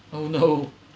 oh no